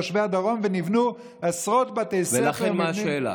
ונבנו עשרות בתי ספר, ולכן, מה השאלה?